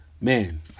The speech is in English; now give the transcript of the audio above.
Man